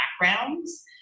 backgrounds